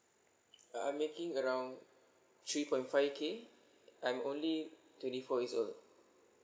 uh I'm making around three point five K I'm only twenty four years old